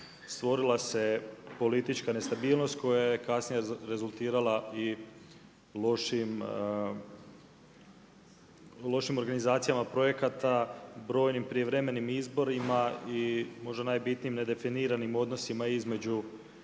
Stvorila se politička nestabilnost koja je kasnije rezultirala i lošim, lošim organizacijama projekata, brojnim prijevremenim izborima i možda najbitnijim nedefiniranim odnosima između